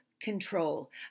Control